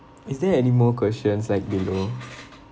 is there any more questions like below